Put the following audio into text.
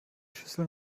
schüssel